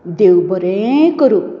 देव बरें करूं